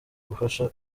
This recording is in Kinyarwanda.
gufasha